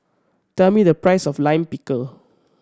tell me the price of Lime Pickle